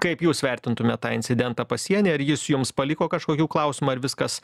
kaip jūs vertintumėt tą incidentą pasieny ar jis jums paliko kažkokių klausimų ar viskas